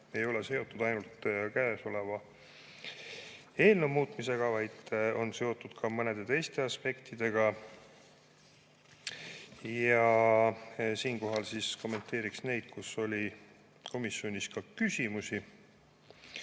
ei ole seotud ainult käesoleva eelnõu muutmisega, vaid on seotud ka mõnede teiste aspektidega. Ja siinkohal kommenteeriksin neid, mille kohta oli komisjonis ka küsimusi. Oli